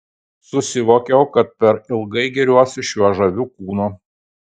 susivokiau kad per ilgai gėriuosi šiuo žaviu kūnu